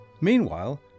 Meanwhile